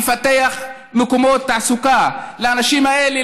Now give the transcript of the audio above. לפתח מקומות תעסוקה לאנשים האלה,